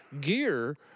gear